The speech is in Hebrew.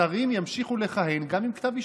שרים ימשיכו לכהן גם עם כתב אישום.